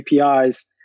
APIs